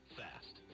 fast